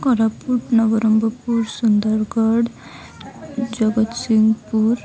Koraput Nabarangpur Sundargarh Jagatsinghpur